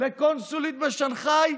לקונסולית בשנגחאי?